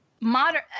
modern